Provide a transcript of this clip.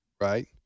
Right